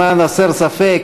למען הסר ספק,